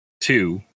two